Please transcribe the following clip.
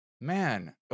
Man